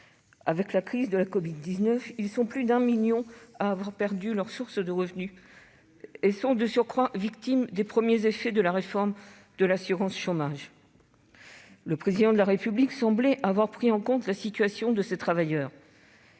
Avec la crise de la covid-19, plus de 1 million d'entre eux ont perdu leur source de revenus. Très juste ! Ils sont de surcroît victimes des premiers effets de la réforme de l'assurance chômage. Le Président de la République paraissait avoir pris en compte la situation de ces travailleurs,